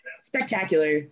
spectacular